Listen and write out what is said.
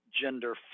gender